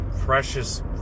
precious